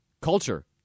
culture